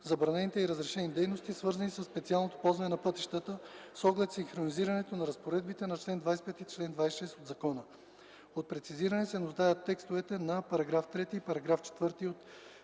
забранените и разрешените дейности, свързани със специалното ползване на пътищата, с оглед синхронизирането на разпоредбите на чл. 25 и чл. 26 от закона. От прецизиране се нуждаят текстовете на § 3 и на § 4 от